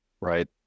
right